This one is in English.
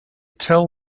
tell